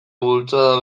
bultzada